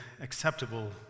acceptable